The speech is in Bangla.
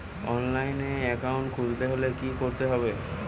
অনলাইনে একাউন্ট খুলতে হলে কি করতে হবে?